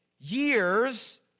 years